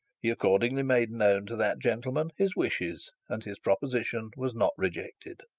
he accordingly made known to that gentleman his wishes, and his proposition was not rejected.